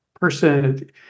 person